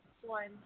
one